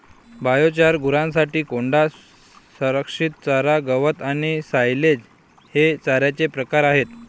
biochar, गुरांसाठी कोंडा, संरक्षित चारा, गवत आणि सायलेज हे चाऱ्याचे प्रकार आहेत